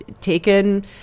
taken